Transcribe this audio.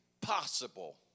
possible